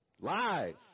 Lies